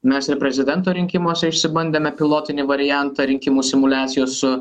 mes ir prezidento rinkimuose išsibandėme pilotinį variantą rinkimų simuliacijos su